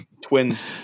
Twins